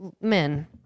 men